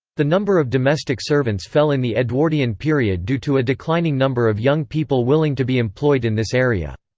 the number of domestic servants fell in the edwardian period due to a declining number of young people willing to be employed in this area.